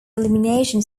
elimination